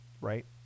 right